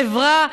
חברה,